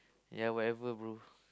ya whatever bro